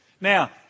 Now